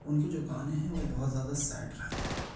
ان کے جو گانے ہیں وہ بہت زیادہ سیڈ رہتے ہیں